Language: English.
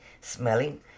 smelling